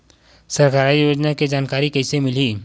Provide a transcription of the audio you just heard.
सरकारी योजना के जानकारी कइसे मिलही?